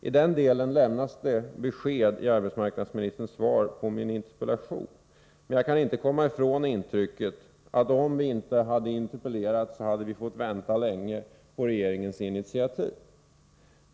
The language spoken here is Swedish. I den delen lämnas det besked i arbetsmarknadsministerns svar på min interpellation, men jag kan inte komma ifrån intrycket att om vi inte hade interpellerat hade vi fått vänta länge på regeringens initiativ.